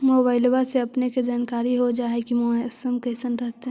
मोबाईलबा से अपने के जानकारी हो जा है की मौसमा कैसन रहतय?